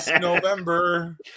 november